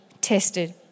tested